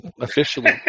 officially